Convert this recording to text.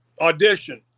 audition